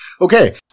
Okay